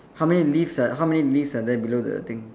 how many leaves ah how many leaves are there below the thing